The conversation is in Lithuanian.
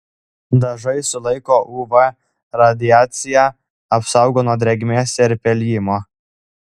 dažai sulaiko uv radiaciją apsaugo nuo drėgmės ir pelijimo